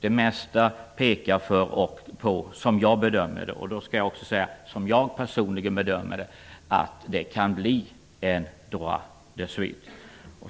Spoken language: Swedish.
Det mesta pekar på, som jag personligen bedömer det, att det kan bli en ''droit de suite''.